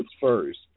first